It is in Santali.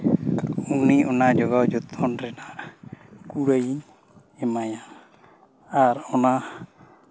ᱩᱱᱤ ᱚᱱᱟ ᱡᱳᱜᱟᱣ ᱡᱚᱛᱚᱱ ᱨᱮᱱᱟᱜ ᱠᱩᱲᱟᱹᱭᱤᱧ ᱮᱢᱟᱭᱟ ᱟᱨ ᱚᱱᱟ